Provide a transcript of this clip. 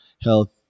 Health